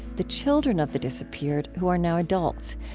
the children of the disappeared who are now adults.